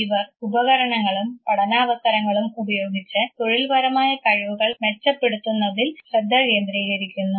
ഇവർ ഉപകരണങ്ങളും പഠനാവസരങ്ങളും ഉപയോഗിച്ച് തൊഴിൽപരമായ കഴിവുകൾ മെച്ചപ്പെടുത്തുന്നതിൽ ശ്രദ്ധ കേന്ദ്രീകരിക്കുന്നു